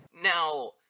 Now